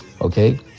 okay